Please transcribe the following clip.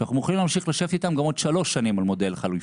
שאנחנו מוכנים להמשיך לשבת איתם גם עוד שלוש שנים על מודל חליפי,